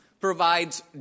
provides